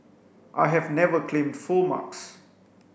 I have never claimed full marks